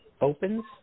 opens